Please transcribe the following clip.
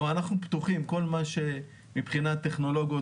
אנחנו פתוחים לכל מה שמבחינת טכנולוגיות